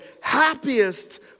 happiest